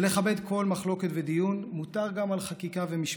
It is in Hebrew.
זה לכבד כל מחלוקת ודיון, מותר גם על חקיקה ומשפט,